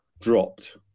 dropped